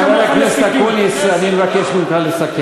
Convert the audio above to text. חבר הכנסת אקוניס, אני מבקש ממך לסכם.